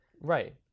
Right